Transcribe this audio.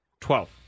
Twelve